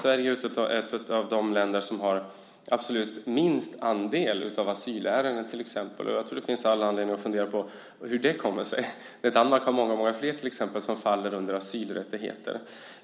Sverige är ett av de länder som har absolut minst andel av asylärenden till exempel. Jag tror att det finns all anledning att fundera på hur det kommer sig. Danmark till exempel har många flera som faller under asylrättigheten.